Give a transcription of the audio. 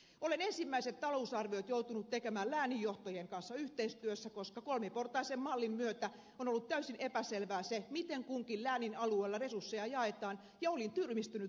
olen ensimmäiset talousarviot joutunut tekemään lääninjohtojen kanssa yhteistyössä koska kolmiportaisen mallin myötä on ollut täysin epäselvää se miten kunkin läänin alueella resursseja jaetaan ja olin tyrmistynyt saatuani tämän tiedon